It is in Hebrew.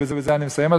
ובזה אני מסיים,